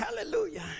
hallelujah